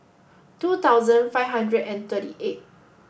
two thousand five hundred and thirty eight